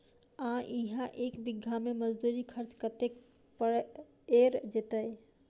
आ इहा एक बीघा मे मजदूरी खर्च कतेक पएर जेतय?